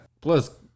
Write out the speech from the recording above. plus